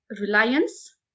reliance